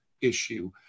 issue